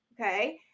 okay